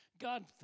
God